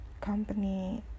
company